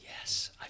yes